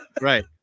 Right